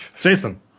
Jason